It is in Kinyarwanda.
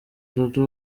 dudu